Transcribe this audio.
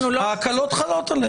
-- הקלות חלות עליהם.